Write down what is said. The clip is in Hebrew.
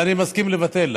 אני מסכים לבטל,